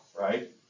right